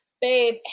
babe